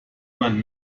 man